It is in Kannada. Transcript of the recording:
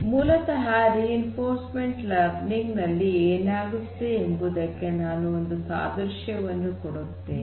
ಮೂಲತಃ ರಿಇನ್ಫೋರ್ಸ್ಮೆಂಟ್ ಲರ್ನಿಂಗ್ ನಲ್ಲಿ ಏನಾಗುತ್ತದೆ ಎಂಬುದಕ್ಕೆ ನಾನು ಒಂದು ಸಾದೃಶ್ಯ ವನ್ನು ಕೊಡುತ್ತೇನೆ